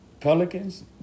Pelicans